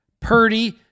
Purdy